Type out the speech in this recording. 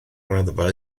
raddfa